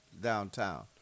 downtown